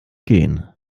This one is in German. gehen